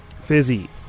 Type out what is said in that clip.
fizzy